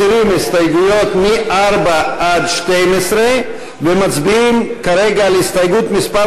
מסירים את ההסתייגויות 4 עד 12 ומצביעים כרגע על הסתייגות מס'